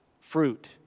fruit